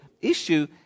issue